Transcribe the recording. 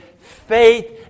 faith